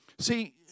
See